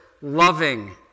loving